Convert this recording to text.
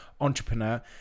entrepreneur